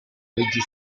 legge